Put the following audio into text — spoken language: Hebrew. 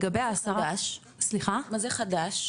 מה זה חדש?